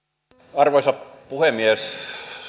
arvoisa puhemies